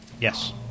Yes